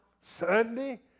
Sunday